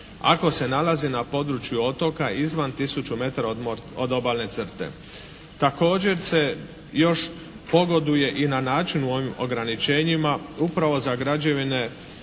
ako se nalazi na području otoka izvan 1000 metara od obalne crte. Također se još pogoduje i na način u ovim ograničenjima upravo za građevine